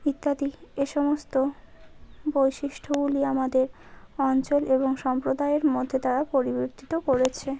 ইত্যাদি এ সমস্ত বৈশিষ্ট্যগুলি আমাদের অঞ্চল এবং সম্প্রদায়ের মধ্যে তারা পরিবর্তিত করেছে